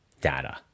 data